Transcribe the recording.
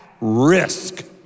risk